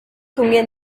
kumwe